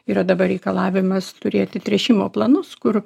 yra dabar reikalavimas turėti tręšimo planus kur